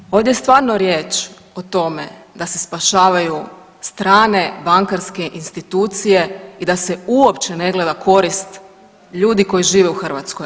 Znači ovako, ovdje stvarno riječ o tome da se spašavaju strane bankarske institucije i da se uopće ne gleda korist ljudi koji žive u Hrvatskoj.